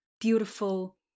beautiful